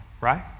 right